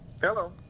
Hello